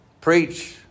preach